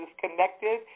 connected